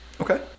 Okay